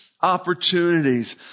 opportunities